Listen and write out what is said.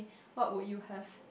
what would you have